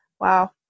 Wow